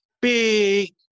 big